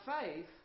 faith